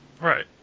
Right